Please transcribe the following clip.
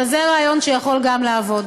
אבל זה רעיון שיכול גם לעבוד.